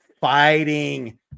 fighting